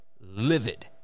livid